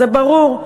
זה ברור.